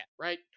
right